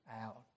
out